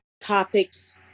topics